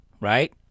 right